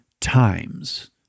times